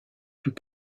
plus